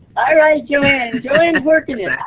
right, joanne, joanne is working it.